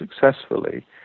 successfully